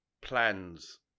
plans